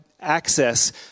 access